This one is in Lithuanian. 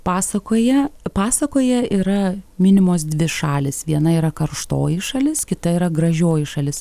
pasakoje pasakoje yra minimos dvi šalys viena yra karštoji šalis kita yra gražioji šalis